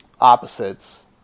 opposites